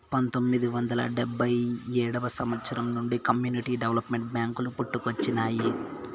పంతొమ్మిది వందల డెబ్భై ఏడవ సంవచ్చరం నుండి కమ్యూనిటీ డెవలప్మెంట్ బ్యేంకులు పుట్టుకొచ్చినాయి